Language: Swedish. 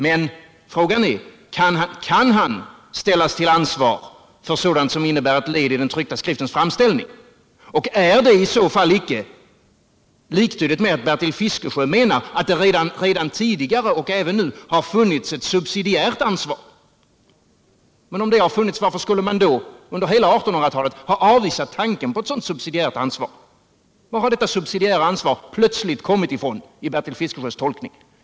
Men frågan är: Kan han ställas till ansvar för sådant som innebär ett led i den tryckta skriftens framställning? Är det i så fall inte liktydigt med att Bertil Fiskesjö menar att det redan tidigare har funnits och nu finns ett subsidiärt ansvar? Om ett sådant har funnits, varför skulle man då under hela 1800-talet ha avvisat tanken på ett subsidiärt ansvar? Var har detta subsidiära ansvar plötsligt kommit ifrån i Bertil Fiskesjös tolkning?